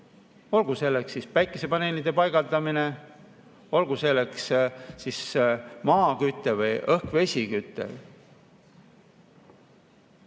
olgu selleks siis päikesepaneelide paigaldamine, olgu selleks maaküte või õhk-vesiküte.